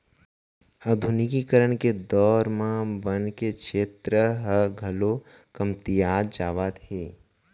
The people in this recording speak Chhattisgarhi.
आधुनिकीकरन के दौर म बन के छेत्र ह घलौ कमतियात जावत हे